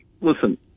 listen